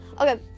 Okay